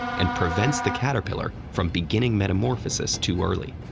and prevents the caterpillar from beginning metamorphosis too early.